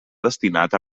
destinat